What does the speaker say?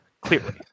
clearly